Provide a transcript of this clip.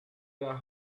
your